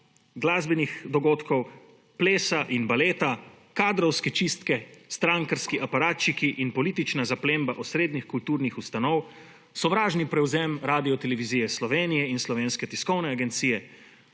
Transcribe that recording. glasbenih dogodkov, plesa in baleta, kadrovske čistke, strankarski aparatčiki in politična zaplemba osrednjih kulturnih ustanov, sovražni prevzem Radiotelevizije Slovenije in Slovenske tiskovne agencije,